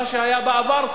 מה שהיה בעבר,